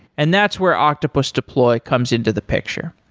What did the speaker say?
and that's where octopus deploy comes into the picture.